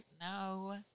No